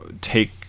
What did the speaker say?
take